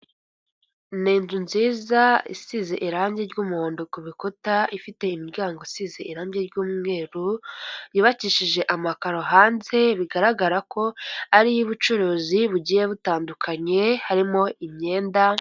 Ni inzu nziza isize irangi ry'umuhondo ku bikuta ifite imiryango isize irangi ry'umweru yubakishije amakaro hanze bigaragara ko ari iy'ubucuruzi bugiye butandukanye harimo imyenda.